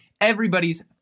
everybody's